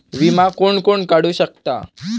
विमा कोण कोण काढू शकता?